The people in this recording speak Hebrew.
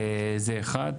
זה אחד.